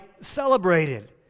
celebrated